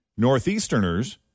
Northeasterners